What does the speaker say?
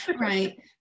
Right